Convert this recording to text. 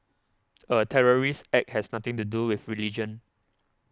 a terrorist act has nothing to do with religion